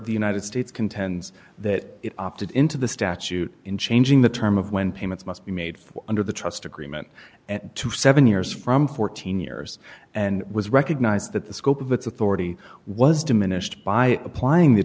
the united states contends that opted into the statute in changing the term of when payments must be made for under the trust agreement at twenty seven years from fourteen years and was recognized that the scope of it's a thorough was diminished by applying the